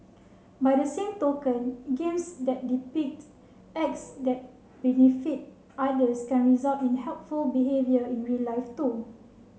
by the same token games that depict acts that benefit others can result in helpful behaviour in real life too